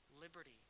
liberty